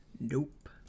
Nope